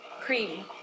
cream